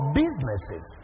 businesses